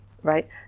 Right